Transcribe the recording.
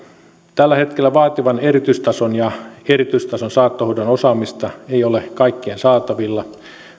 tällä hetkellä vaativan erityistason ja erityistason saattohoidon osaamista ei ole kaikkien saatavilla ja